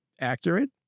accurate